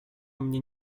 mnie